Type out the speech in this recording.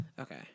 Okay